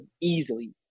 easily